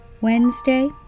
Wednesday